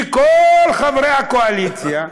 וכל חברי הקואליציה,